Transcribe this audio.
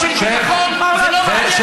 עבודות של ביטחון, זה לא מעניין אותנו.